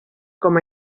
com